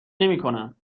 نمیکنم